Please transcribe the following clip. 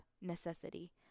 necessity